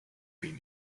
been